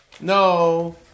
no